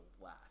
laugh